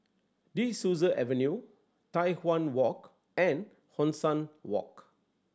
De Souza Avenue Tai Hwan Walk and Hong San Walk